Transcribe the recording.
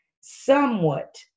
somewhat